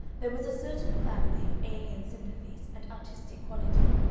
there was a certain family of alien sympathies and artistic quality,